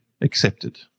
accepted